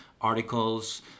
articles